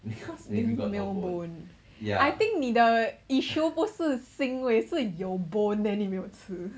因为没有 bone I think 你的 issue 不是腥味是有 bone then 你没有吃